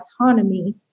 autonomy